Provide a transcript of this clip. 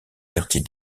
quartier